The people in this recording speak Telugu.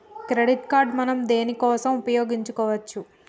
క్రెడిట్ కార్డ్ మనం దేనికోసం ఉపయోగించుకోవచ్చు?